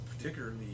Particularly